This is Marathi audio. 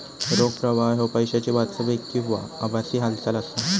रोख प्रवाह ह्यो पैशाची वास्तविक किंवा आभासी हालचाल असा